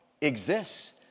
exists